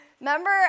remember